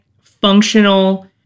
functional